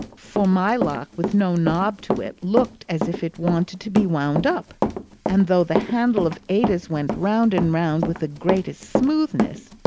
for my lock, with no knob to it, looked as if it wanted to be wound up and though the handle of ada's went round and round with the greatest smoothness,